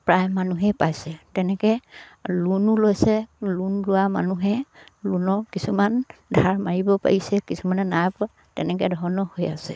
প্ৰায় মানুহেই পাইছে তেনেকে লোনো লৈছে লোন লোৱা মানুহে লোনৰ কিছুমান ধাৰ মাৰিব পাৰিছে কিছুমানে নাই পৰা তেনেকে ধৰণৰ হৈ আছে